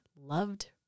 loved